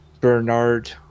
Bernard